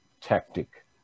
tactic